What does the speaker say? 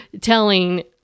telling